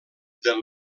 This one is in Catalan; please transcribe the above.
del